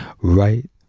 right